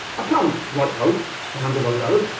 i can write code to handle those errors,